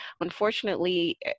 unfortunately